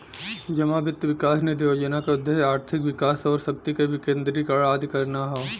जमा वित्त विकास निधि योजना क उद्देश्य आर्थिक विकास आउर शक्ति क विकेन्द्रीकरण आदि करना हौ